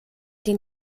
den